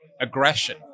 aggression